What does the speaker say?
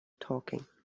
talking